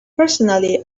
personally